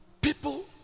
People